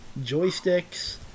Joysticks